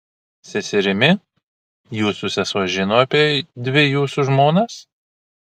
seserimi jūsų sesuo žino apie dvi jūsų žmonas